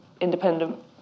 independent